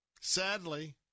Sadly